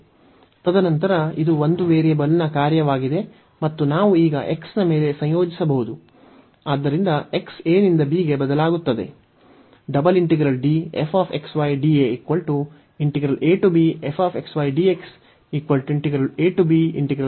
ತದನಂತರ ಇದು ಒಂದು ವೇರಿಯೇಬಲ್ನ ಕಾರ್ಯವಾಗಿದೆ ಮತ್ತು ನಾವು ಈಗ x ನ ಮೇಲೆ ಸಂಯೋಜಿಸಬಹುದು ಆದ್ದರಿಂದ x a ನಿಂದ b ಗೆ ಬದಲಾಗುತ್ತದೆ